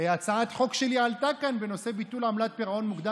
עוני הוא שעות הפנאי,